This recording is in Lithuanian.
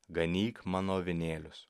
ganyk mano avinėlius